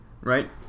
Right